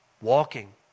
walking